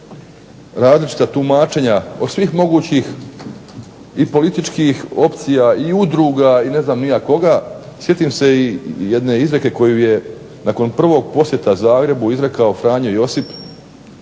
različita tumačenja od svih mogućih i političkih opcija i udruga i ne znam ni ja koga sjetim se i jedne izreke koju je nakon prvog posjeta Zagrebu izrekao Franjo Josip